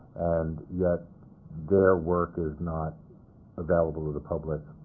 and yet their work is not available to the public